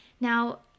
Now